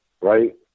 Right